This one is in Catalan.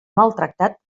maltractat